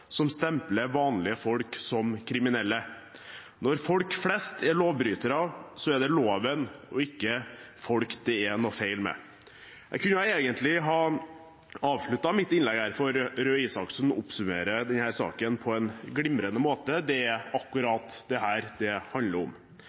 som stempler vanlige folk som kriminelle. Når folk flest er lovbrytere, så er det loven og ikke folk det er noe feil med.» Jeg kunne egentlig ha avsluttet mitt innlegg her, for Røe Isaksen oppsummerer denne saken på en glimrende måte. Det er akkurat dette det handler om.